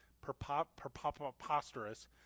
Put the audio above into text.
preposterous